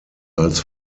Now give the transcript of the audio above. als